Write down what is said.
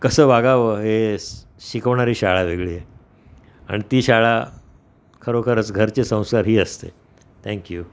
कसं वागावं हे स शिकवणारी शाळा वेगळी आणि ती शाळा खरोखरच घरचे संस्कार ही असते थँक्यू